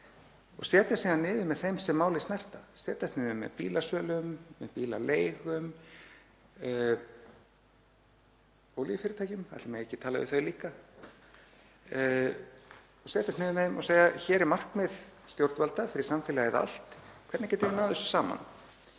og setjast síðan niður með þeim sem málið snerta; setjast niður með bílasölum, bílaleigum, olíufyrirtækjum — ætli það megi ekki tala við þau líka? — setjast niður með þeim og segja: Hér er markmið stjórnvalda fyrir samfélagið allt. Hvernig getum við náð þessu saman?